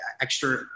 extra